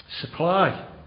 supply